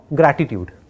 gratitude